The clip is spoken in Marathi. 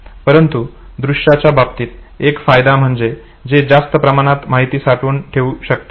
परंतु दृश्याच्या बाबतीत एक फायदा म्हणजे ते जास्त प्रमाणात माहिती साठवून ठेवू शकते